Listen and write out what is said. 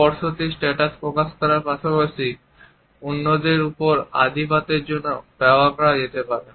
স্পর্শটি status প্রকাশ করার পাশাপাশি অন্যদের উপর আধিপত্যের জন্য ব্যবহার করা যেতে পারে